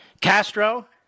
Castro